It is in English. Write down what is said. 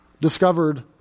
discovered